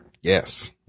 yes